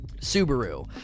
Subaru